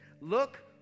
Look